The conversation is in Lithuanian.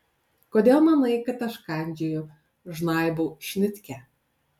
kodėl manai kad aš kandžioju žnaibau šnitkę